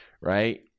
right